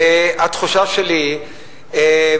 התחושה שלי היא,